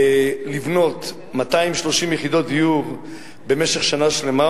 לבנות 230 יחידות דיור במשך שנה שלמה,